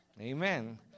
Amen